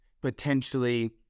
potentially